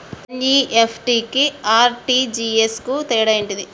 NEFT కి RTGS కు తేడా ఏంటిది?